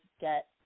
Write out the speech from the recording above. get